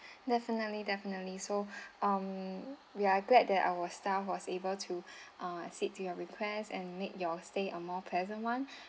definitely definitely so um we are glad that our staff was able to uh sit to your requests and make your stay a more pleasant one